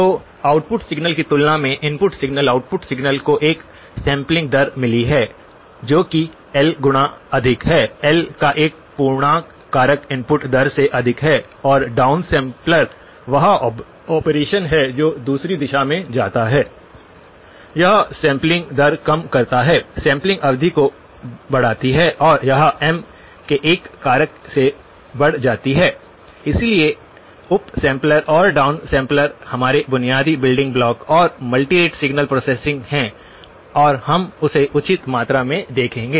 तो output signal की तुलना में इनपुट सिग्नल आउटपुट सिग्नल को एक सैंपलिंग दर मिली है जो कि एल गुना अधिक है एल का एक पूर्णांक कारक इनपुट दर से अधिक है और डाउन सैम्पलर वह ऑपरेशन है जो दूसरी दिशा में जाता है यह सैंपलिंग दर कम करता है सैंपलिंग अवधि को बढ़ाती है और यह एम के एक कारक से बढ़ जाती है इसलिए अप सैंपलर और डाउनसैंपलर हमारे बुनियादी बिल्डिंगब्लॉक और मल्टी रेट सिग्नल प्रोसेसिंग हैं और हम इसे उचित मात्रा में देखेंगे